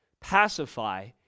pacify